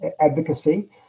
advocacy